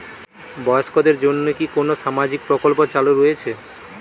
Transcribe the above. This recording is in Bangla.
বয়স্কদের জন্য কি কোন সামাজিক প্রকল্প চালু রয়েছে?